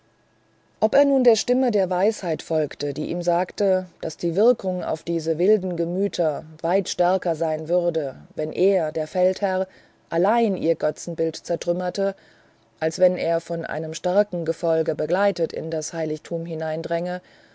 ob er nun der stimme der weisheit folgte die ihm sagte daß die wirkung auf diese wilden gemüter weit stärker sein würde wenn er der feldherr allein ihr götzenbild zertrümmerte als wenn er von einem starken gefolge begleitet in das heiligtum hineindränge